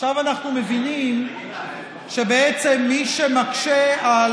עכשיו אנחנו מבינים שבעצם מי שמקשה על